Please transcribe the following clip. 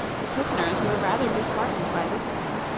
the prisoners were rather disheartened by this time,